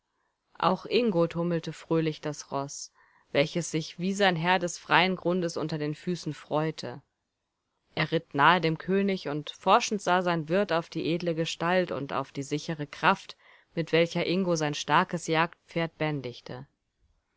auch ingo tummelte fröhlich das roß welches sich wie sein herr des freien grundes unter den füßen freute er ritt nahe dem könig und forschend sah sein wirt auf die edle gestalt und auf die sichere kraft mit welcher ingo sein starkes jagdpferd bändigte